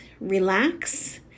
relax